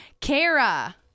Kara